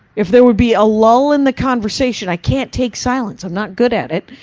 if there would be a lull in the conversation, i can't take silence. i'm not good at it.